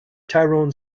tyrone